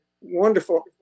wonderful –